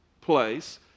place